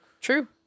true